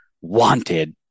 wanted